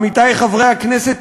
עמיתי חברי הכנסת,